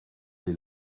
des